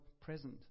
present